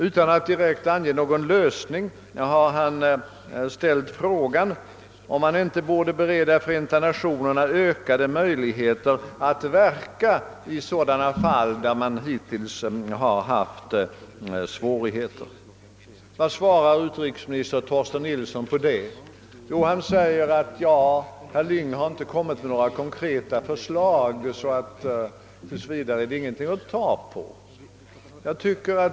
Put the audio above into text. Utan att direkt ange någon lösning har han ställt frågan, om man inte borde bereda Förenta Nationerna ökade möjligheter att verka i sådana fall där organisationen hittills har haft svårigheter. Vad svarar utrikesminister Torsten Nilsson på detta? Han säger att herr Lyng inte har kommit med några konkreta förslag, så tills vidare är det ingenting att ta på.